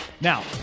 Now